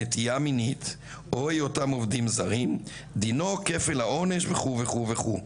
נטייה מינית או היותם עובדים זרים דינו כפל העונש וכו' וכו' וכו'.